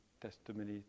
testimony